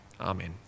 amen